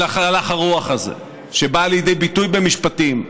של הלך הרוח הזה, שבאה לידי ביטוי במשפטים: